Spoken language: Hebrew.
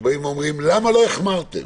באים ואומרים למה לא החמרתם,